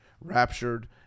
raptured